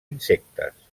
insectes